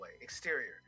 Exterior